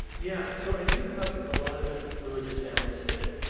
yeah, so i do have a lot of religious family, still.